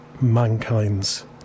mankind's